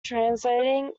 translating